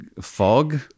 fog